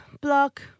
block